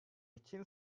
için